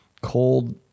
Cold